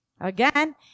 Again